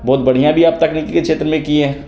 बहुत बढ़िया भी आप तकनीकी क्षेत्र में किए हैं